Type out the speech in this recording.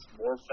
more